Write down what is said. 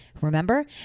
Remember